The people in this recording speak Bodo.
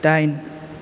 दाइन